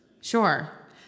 Sure